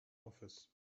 office